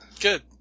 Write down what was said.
Good